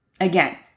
Again